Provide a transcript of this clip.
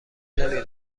نمی